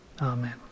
Amen